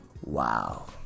Wow